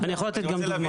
אני יכול גם לתת דוגמאות.